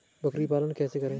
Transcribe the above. बकरी पालन कैसे करें?